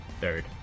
third